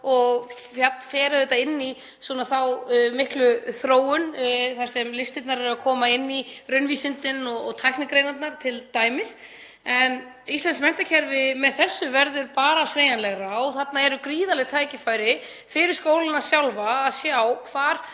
og fer auðvitað inn í þá miklu þróun þar sem t.d. listirnar eru að koma inn í raunvísindin og tæknigreinarnar. Íslenskt menntakerfi með þessu verður bara sveigjanlegra og þarna eru gríðarleg tækifæri fyrir skólana sjálfa til að sjá hvar